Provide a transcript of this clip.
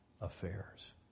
affairs